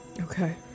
Okay